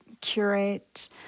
curate